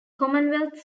commonwealth